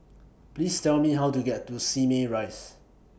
Please Tell Me How to get to Simei Rise